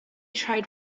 tried